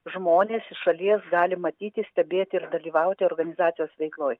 žmonės iš šalies gali matyti stebėti ir dalyvauti organizacijos veikloj